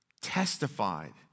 testified